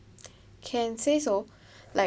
can say so like